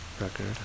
record